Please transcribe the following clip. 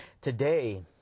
Today